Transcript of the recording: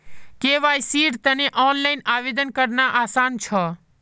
केवाईसीर तने ऑनलाइन आवेदन करना आसान छ